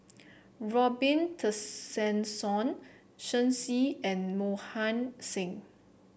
Robin Tessensohn Shen Xi and Mohan Singh